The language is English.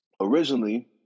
Originally